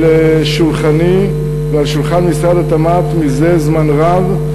שולחני ועל שולחן משרד התמ"ת מזה זמן רב,